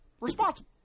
responsible